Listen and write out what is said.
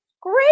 great